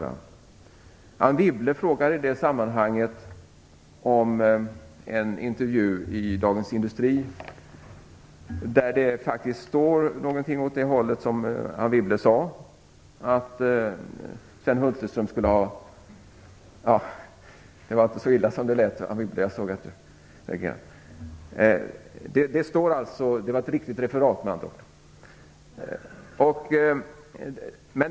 Anne Wibble frågade i det sammanhanget om en intervju i Dagens Industri, där det faktiskt står någonting åt det hållet som Anne Wibble sade om att Sven Hulterström skulle ha sagt. Det var inte så illa som det lät. Det var ett referat.